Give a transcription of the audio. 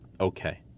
okay